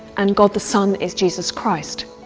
and god the son is jesus christ.